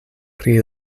pri